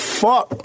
fuck